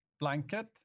blanket